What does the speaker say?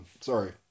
sorry